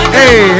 hey